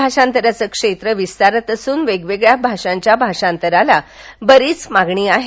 भाषांतराचं क्षेत्र विस्तारत असून वेगवेगळ्या भाषांच्या भाषांतरला वरीच मागणी सध्या आहे